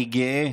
אני גאה